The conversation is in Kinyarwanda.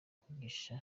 kwigisha